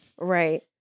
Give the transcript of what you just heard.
Right